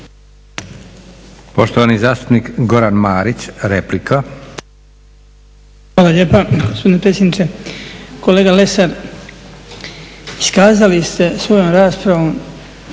Poštovani zastupnik Goran Marić, replika. **Marić, Goran (HDZ)** Hvala lijepa gospodine predsjedniče. Kolega Lesar, iskazali ste svojom raspravom